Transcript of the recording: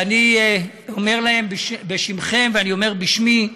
ואני אומר להם בשמכם, ואני אומר בשמי,